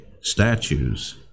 statues